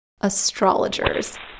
astrologers